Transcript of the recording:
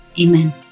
Amen